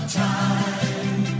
time